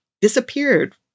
disappeared